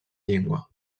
llengua